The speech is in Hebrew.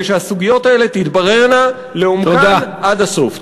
שהסוגיות האלה תתבררנה לעומקן עד הסוף.